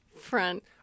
Front